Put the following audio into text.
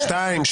שתיים,